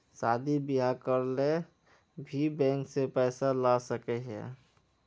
शादी बियाह करे ले भी बैंक से पैसा ला सके हिये?